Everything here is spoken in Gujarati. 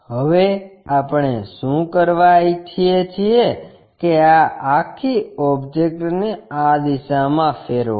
હવે આપણે શું કરવા ઇચ્છીએ છીએ કે આ આખી ઓબ્જેક્ટને આ દિશામાં ફેરવો